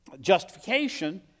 justification